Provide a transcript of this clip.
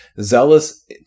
Zealous